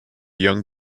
young